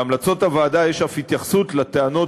בהמלצות הוועדה יש אף התייחסות לטענות